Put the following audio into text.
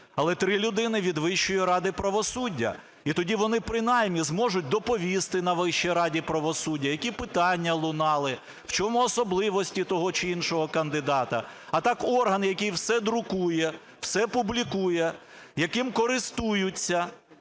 але 3 людини – від Вищої ради правосуддя. І тоді вони принаймні зможуть доповісти на Вищій раді правосуддя, які питання лунали, в чому особливості того чи іншого кандидата. А так орган, який все друкує, все публікує, яким користуються,